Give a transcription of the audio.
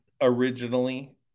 originally